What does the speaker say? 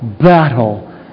battle